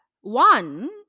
One